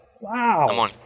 Wow